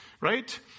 right